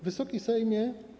Wysoki Sejmie!